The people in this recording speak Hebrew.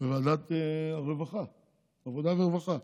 וועדת העבודה ורווחה,